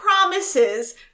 promises